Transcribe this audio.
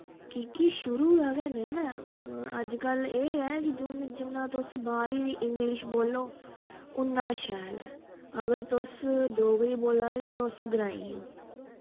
की कि शुरु दा गै नेईं ना अजकल एह् ऐ कि जिन्ना तुस बाह्रे दी इंगलिश बोल्लो उन्ना शैल ऐ अगर तुस डोगरी बोलादे ते तुस ग्रांईं ओ